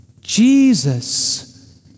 Jesus